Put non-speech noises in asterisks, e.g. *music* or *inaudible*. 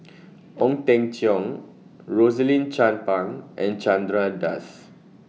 *noise* Ong Teng Cheong Rosaline Chan Pang and Chandra Das